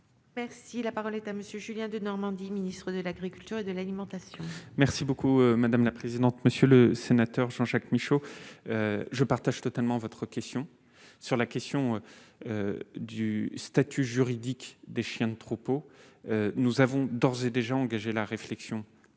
Merci, la parole est à monsieur Julien Denormandie, ministre de l'Agriculture et de l'alimentation. Merci beaucoup, madame la présidente, monsieur le sénateur Jean-Jacques Michaux je partage totalement votre question sur la question du statut juridique des chiens de troupeaux, nous avons d'ores et déjà engagé la réflexion